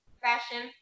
fashion